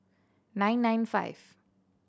nine nine five